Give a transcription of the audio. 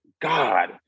God